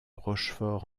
rochefort